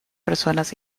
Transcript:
personas